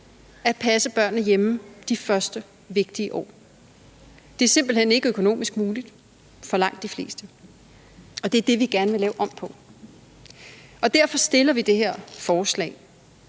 at passe børnene hjemme de første vigtige år. Det er simpelt hen ikke økonomisk muligt for langt de fleste, og det er det, vi gerne vil lave om på. Derfor fremsætter vi det her forslag